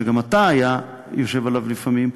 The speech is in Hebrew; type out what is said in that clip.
שגם אתה יושב עליו לפעמים,